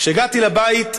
כשהגעתי לבית,